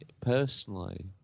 personally